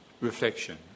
reflection